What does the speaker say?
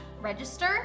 register